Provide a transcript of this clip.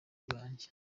bwanjye